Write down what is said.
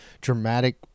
dramatic